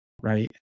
right